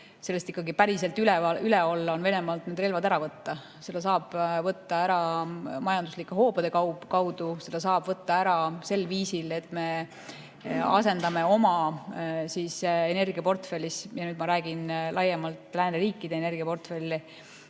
sellest päriselt üle olla on Venemaalt need relvad ära võtta. Seda saab teha majanduslikke hoobasid kasutades. Seda saab teha sel viisil, et me asendame oma energiaportfellis – ja nüüd ma räägin laiemalt lääneriikide energiaportfellist